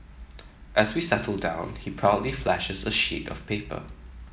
as we settle down he proudly flashes a sheet of paper